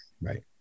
Right